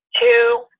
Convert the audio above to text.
two